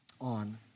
on